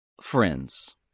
Friends